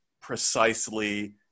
precisely